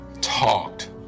talked